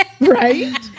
right